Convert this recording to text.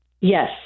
yes